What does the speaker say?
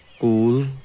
Cool